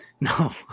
No